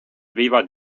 viivad